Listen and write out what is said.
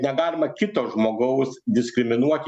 negalima kito žmogaus diskriminuoti